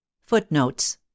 Footnotes